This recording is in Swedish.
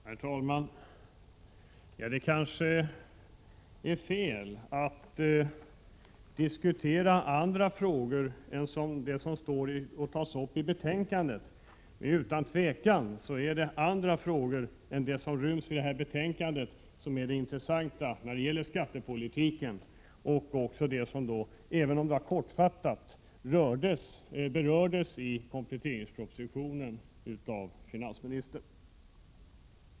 Herr talman! Det kanske är fel att diskutera andra frågor än de som tas upp i betänkandet. Utan tvivel är det andra frågor än de som ryms i detta betänkande som är de intressanta när det gäller skattepolitiken. De har också, om än kortfattat, berörts i kompletteringspropositionen av finansministern.